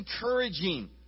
encouraging